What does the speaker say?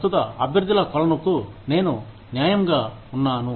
ప్రస్తుత అభ్యర్థుల కొలనుకు నేను న్యాయంగా ఉన్నాను